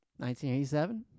1987